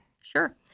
sure